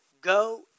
go